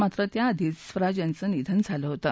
मात्र त्याआधीच स्वराज यांच निधन झालं होतं